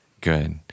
Good